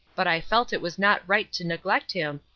but i felt it was not right to neglect him,